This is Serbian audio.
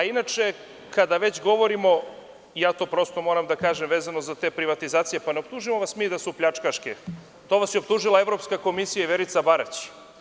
Inače, kada već govorimo, ja to prosto moram da kažem, vezano za te privatizacije, ne optužujemo vas mi da su pljačkaške, to vas je optužila Evropska komisija i Verica Barać.